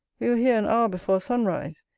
we were here an hour before sunrise,